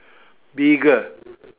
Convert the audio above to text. bigger